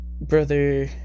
brother